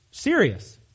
serious